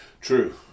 True